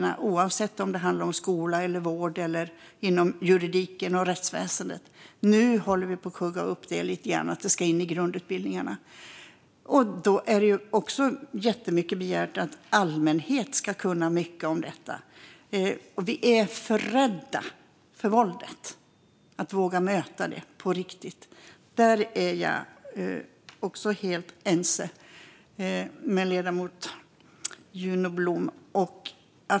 Det gäller oavsett om det handlar om skola, vård, juridiken eller rättsväsendet. Nu håller vi på att kugga upp det lite grann. Det ska in i grundutbildningarna. Det är också jättemycket begärt att allmänheten ska kunna mycket om detta. Vi är för rädda för våldet och att våga möta det på riktigt. Där är jag helt ense med ledamoten Juno Blom.